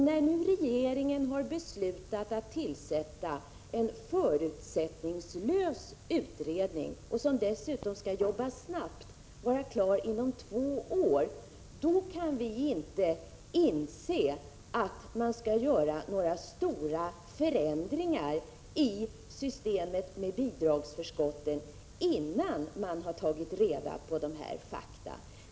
När nu regeringen har beslutat att tillsätta en förutsättningslös utredning, som dessutom skall arbeta snabbt och vara klar inom två år, kan vi inte inse att man bör göra några stora förändringar i systemet med bidragsförskotten innan man har tagit reda på dessa fakta.